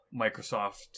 Microsoft